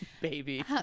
baby